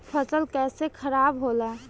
फसल कैसे खाराब होला?